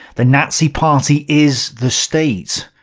the nazi party is the state.